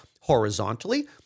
horizontally